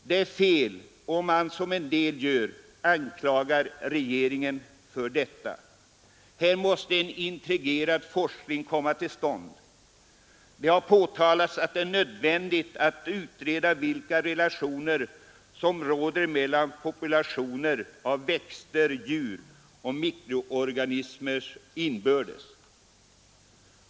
Det är fel om man som en del gör anklagar regeringen för detta. Här måste en integrerad forskning komma till stånd. Det har påtalats att det är nödvändigt att utreda vilka relationer som råder mellan populationer av växter, djur och mikroorganismer inbördes.